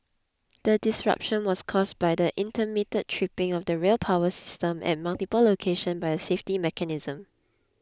the disruption was caused by the intermittent tripping of the rail power system at multiple locations by a safety mechanism